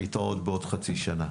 להתראות בעוד חצי שנה.